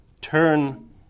Turn